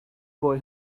boy